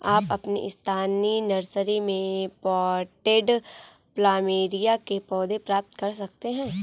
आप अपनी स्थानीय नर्सरी में पॉटेड प्लमेरिया के पौधे प्राप्त कर सकते है